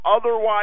otherwise